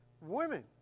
Women